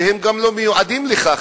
שהם גם לא מיועדים לכך.